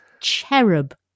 cherub